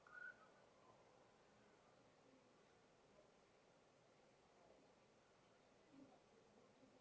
uh